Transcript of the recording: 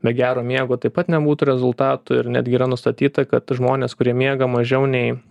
be gero miego taip pat nebūtų rezultatų ir netgi yra nustatyta kad žmonės kurie miega mažiau nei